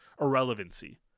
irrelevancy